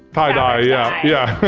tie-dye yeah, yeah.